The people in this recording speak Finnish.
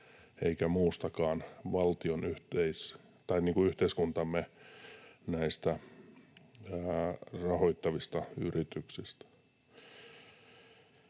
eikä muiltakaan yhteiskuntaamme rahoittavilta tahoilta.